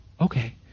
okay